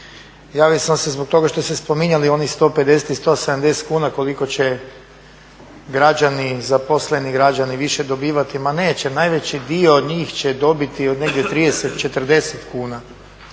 Javio sam se zbog toga što ste spominjali onih 150 i 170 kuna koliko će građani, zaposleni građani više dobivati. Ma neće, najveći dio od njih će dobiti od negdje 30, 40 kuna.